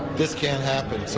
this can't happen, so,